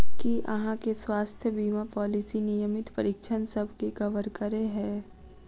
की अहाँ केँ स्वास्थ्य बीमा पॉलिसी नियमित परीक्षणसभ केँ कवर करे है?